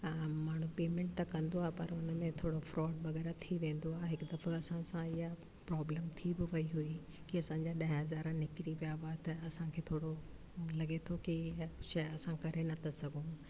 माण्हू पेमेंट त कंदो आहे पर उन में थोरो फ्रॉड वग़ैरह थी वेंदो आ्हे हिकु दफ़ो असां सां इहा प्रॉब्लम थ्री बि वई हुई कि असांजा ॾह हज़ार निकरी विया हुआ त असांखे थोरो लॻे थो की इहा शइ असां करे न था सघूं